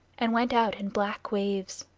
and went out in black waves.